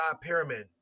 Pyramid